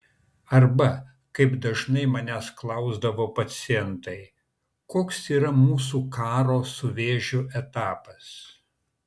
arba kaip dažnai manęs klausdavo pacientai koks yra mūsų karo su vėžiu etapas